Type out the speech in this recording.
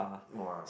!wah!